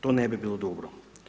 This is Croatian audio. To ne bi bilo dobro.